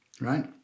right